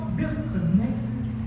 disconnected